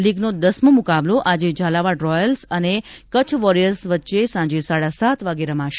લીગનો દસમો મુકાબલો આજે ઝાલાવાડ રોયલ્સ અને કચ્છ વોરિયર્સ વચ્ચે સાંજે સાડા સાત વાગ્યે રમાશે